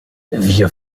wir